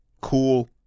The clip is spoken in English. cool